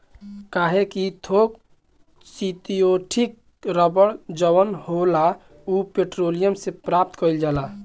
काहे कि थोक सिंथेटिक रबड़ जवन होला उ पेट्रोलियम से प्राप्त कईल जाला